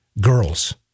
girls